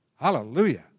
Hallelujah